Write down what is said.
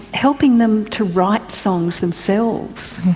helping them to write songs themselves.